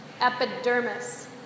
epidermis